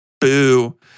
Boo